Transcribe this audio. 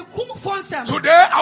Today